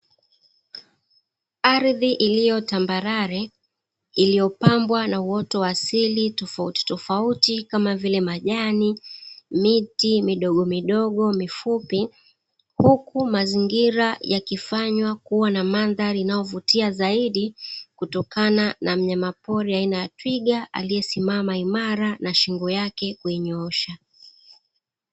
Kuku wenye afya nzuri, wakiwa wamesimama shambani wana nguvu na miili iliyojengeka vizuri, hii ni moja ya mifugo inayofugwa kwa ajili ya mayai pamoja na nyama na inaonyesha mafanikio ya ufugaji bora unaozingatia lishe na matunzo ya wanyama.